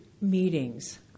meetings